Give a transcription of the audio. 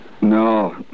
no